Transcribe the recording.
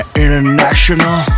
international